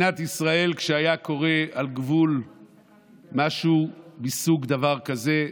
שכשהיה קורה על הגבול משהו, דבר מסוג כזה,